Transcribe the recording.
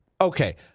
Okay